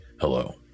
hello